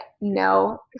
no